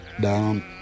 down